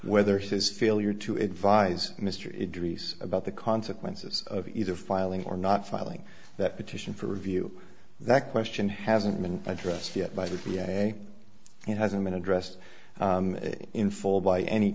whether his failure to advise mr edris about the consequences of either filing or not filing that petition for review that question hasn't been addressed yet by the v a it hasn't been addressed in full by any